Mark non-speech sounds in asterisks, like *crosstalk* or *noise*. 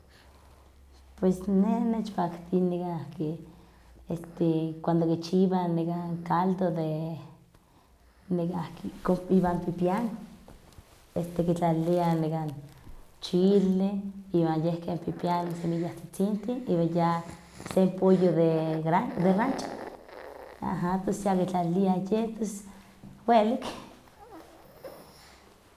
Pues neh nechpaktia nekahki este cuando kichiwah caldo de nekahki iwan pipian, este kitlalilian nekah chileh iwan yeh ke pipian semillahtzitzintih, iwan ya se pollo de gran- de rancho tos ya kitlaliliah yeh, *noise* pues welik. *noise*